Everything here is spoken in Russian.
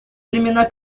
времена